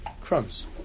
crumbs